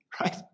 right